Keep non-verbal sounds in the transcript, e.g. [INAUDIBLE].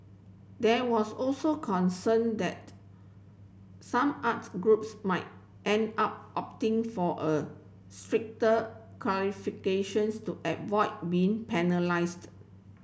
there was also concern that some arts groups might end up opting for a stricter [UNINTELLIGIBLE] to avoid being penalised